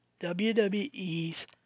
WWE's